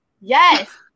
Yes